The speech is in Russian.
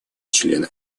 члены